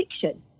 fiction